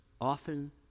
often